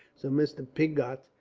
so mr. pigot,